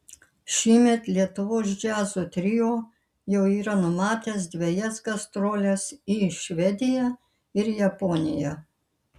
šįmet lietuvos džiazo trio jau yra numatęs dvejas gastroles į švediją ir japoniją